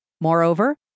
Moreover